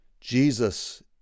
Jesus